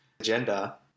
agenda